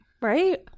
right